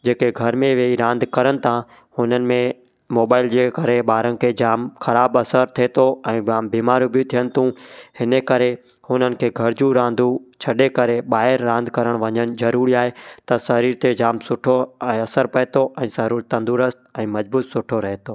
जेके घर में वेही रांदि कनि था हुननि में मोबाइल जे करे ॿारनि खे जाम ख़राब असर थिए थो ऐं जाम बीमारियूं बि थियनि तियूं हिन करे हुननि खे घर जूं रांदियूं छॾे करे ॿाहिरि रांद करण वञनि ज़रूरी आहे त शरीर ते जाम सुठो असरु पए थो ऐं ज़रूरु तंदुरुस्त ऐं मज़बूत सुठो रहे थो